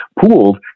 pooled